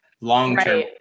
long-term